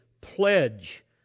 pledge